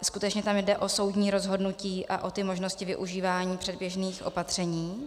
Skutečně tam jde o soudní rozhodnutí a o možnosti využívání předběžných opatření.